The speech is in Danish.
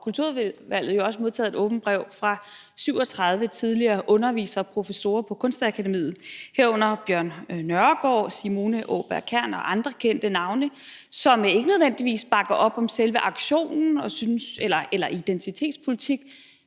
Kulturudvalget jo også modtaget et åbent brev fra 37 tidligere undervisere og professorer på Kunstakademiet, herunder Bjørn Nørgaard, Simone Aaberg Kærn og andre kendte navne, som ikke nødvendigvis bakker op om selve aktionen eller om identitetspolitik,